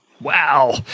Wow